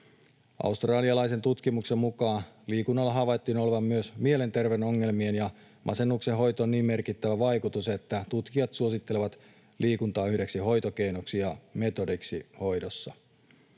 Australialaisen tutkimuksen mukaan liikunnalla havaittiin olevan myös mielenterveysongelmien ja masennuksen hoitoon niin merkittävä vaikutus, että tutkijat suosittelevat liikuntaa yhdeksi hoitokeinoksi ja metodiksi hoidossa.